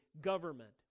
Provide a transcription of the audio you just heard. government